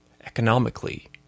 economically